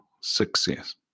success